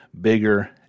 bigger